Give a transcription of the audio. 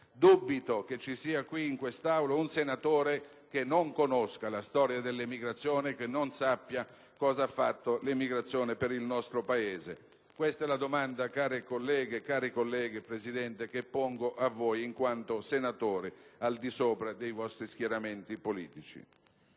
dubito che ci sia qui in Aula un senatore che non conosca la storia dell'emigrazione e che non sappia cosa ha rappresentato l'emigrazione per il nostro Paese. Questa è la domanda, care colleghe e cari colleghi, che pongo a voi in quanto senatore, al di sopra dei vostri schieramenti politici.